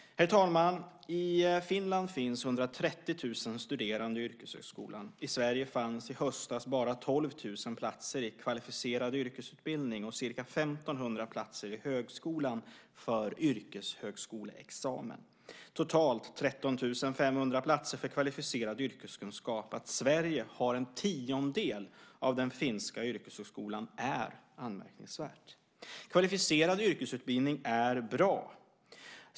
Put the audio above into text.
Herr talman! I Finland finns 130 000 studerande i yrkeshögskolan. I Sverige fanns i höstas bara 12 000 platser i kvalificerad yrkesutbildning och ca 1 500 platser i högskolan för yrkeshögskoleexamen - totalt 13 500 platser för kvalificerad yrkeskunskap. Att Sverige har en tiondel av den finska yrkeshögskolan är anmärkningsvärt. Kvalificerad yrkesutbildning är bra.